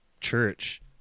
Church